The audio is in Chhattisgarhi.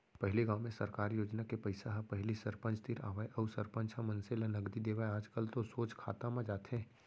पहिली गाँव में सरकार योजना के पइसा ह पहिली सरपंच तीर आवय अउ सरपंच ह मनसे ल नगदी देवय आजकल तो सोझ खाता म जाथे